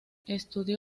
estudió